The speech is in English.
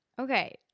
Okay